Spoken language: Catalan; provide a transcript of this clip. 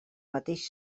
mateix